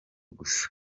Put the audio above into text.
gusa